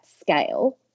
scale